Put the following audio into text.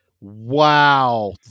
wow